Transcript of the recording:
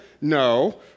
No